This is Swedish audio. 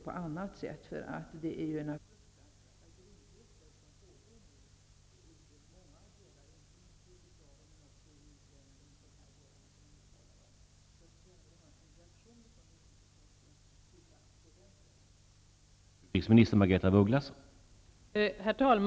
Det är fruktansvärda grymheter som pågår i dag i t.ex. många delar av Jugoslavien. Jag skulle vilja ha en reaktion från utrikesministerns sida på den punkten.